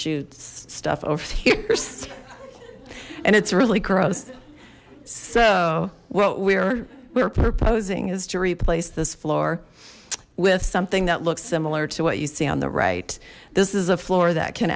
shoots stuff overseers and it's really gross so what we're we're proposing is to replace this floor with something that looks similar to what you see on the right this is a floor that can